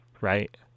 Right